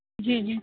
جی جی